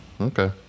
Okay